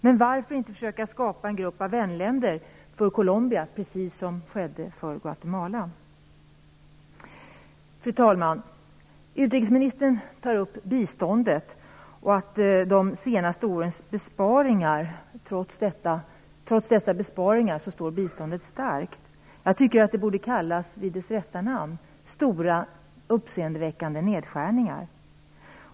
Men varför inte försöka skapa en grupp av vänländer för Colombia precis som skedde för Guatemala? Fru talman! Utrikesministern tar upp att biståndet, trots de senaste årens besparingar, står starkt. Jag tycker att det borde kallas vid dess rätta namn, nämligen stora uppseendeväckande nedskärningar.